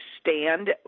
stand